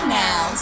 now